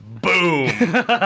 Boom